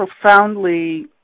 profoundly